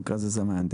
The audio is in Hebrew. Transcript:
במקרה הזה זה המהנדס,